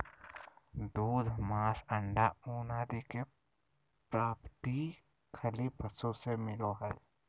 दूध, मांस, अण्डा, ऊन आदि के प्राप्ति खली पशु से मिलो हइ